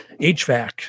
HVAC